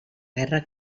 guerra